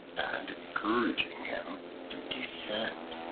and encouraging him to descend.